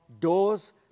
doors